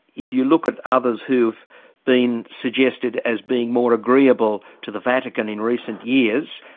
if you look at others who've been suggested as being more agreeable to the vatican in recent years,